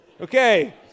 Okay